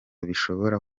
bishobora